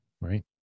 Right